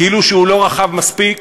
כאילו הוא לא רחב מספיק,